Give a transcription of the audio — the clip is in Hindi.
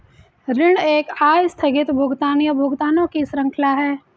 ऋण एक आस्थगित भुगतान, या भुगतानों की श्रृंखला है